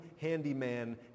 handyman